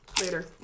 Later